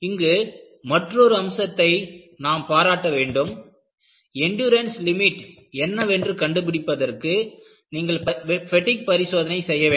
இங்கு மற்றொரு அம்சத்தை நாம் பாராட்ட வேண்டும்எண்டுரன்ஸ் லிமிட் என்னவென்று கண்டுபிடிப்பதற்கு நீங்கள் பெட்டிக் பரிசோதனை செய்ய வேண்டும்